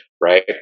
right